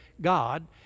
God